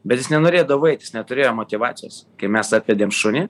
bet jis nenorėdavo eit jis neturėjo motyvacijos kai mes atvedėm šunį